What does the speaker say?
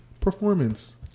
performance